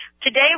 Today